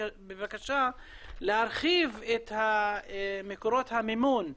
בבקשה להרחיב את מקורות המימון.